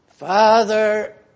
Father